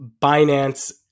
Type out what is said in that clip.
Binance